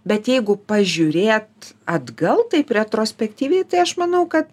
bet jeigu pažiūrėt atgal taip retrospektyviai tai aš manau ka